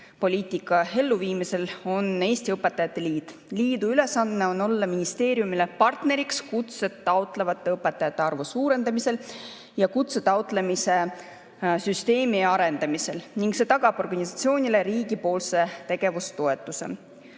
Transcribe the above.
poliitika elluviimisel on Eesti Õpetajate Liit. Liidu ülesanne on olla ministeeriumile partneriks kutset taotlevate õpetajate arvu suurendamisel ja kutse taotlemise süsteemi arendamisel ning see tagab organisatsioonile riigi tegevustoetuse.